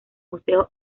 museo